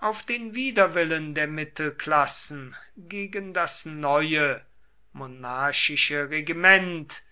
auf den widerwillen der mittelklassen gegen das neue monarchische regiment